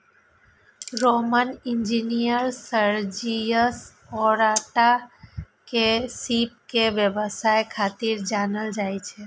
Roman engineer Sergius Orata के सीप के व्यवसाय खातिर जानल जाइ छै